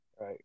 right